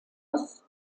ross